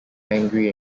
angry